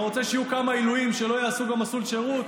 אתה רוצה שיהיו כמה עילויים שלא יעשו גם מסלול שירות?